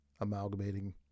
amalgamating